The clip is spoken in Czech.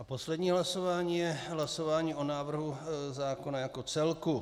Poslední hlasování je hlasování o návrhu zákona jako celku.